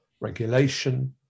regulation